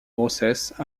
grossesse